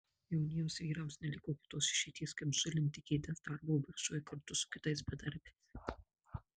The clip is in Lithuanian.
jauniems vyrams neliko kitos išeities kaip zulinti kėdes darbo biržoje kartu su kitais bedarbiais